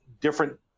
different